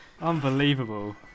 Unbelievable